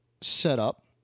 setup